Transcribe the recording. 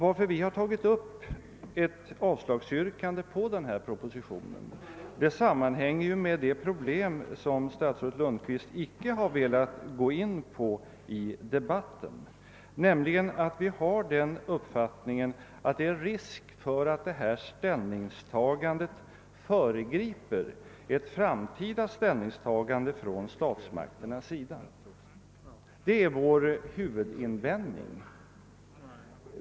Att vi framställt ett yrkande om avslag på propositionen sammanhänger med det problem som statsrådet Lundkvist inte har velat gå in på i debatten, nämligen att det enligt vår uppfattning finns risk för att propositionen föregriper ett framtida ställningstagande från statsmakternas sida. Det är vår huvudinvändning.